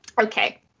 Okay